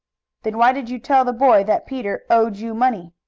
then why did you tell the boy that peter owed you money?